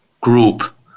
group